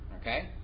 Okay